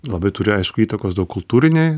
labai turi aišku įtakos daug kultūriniai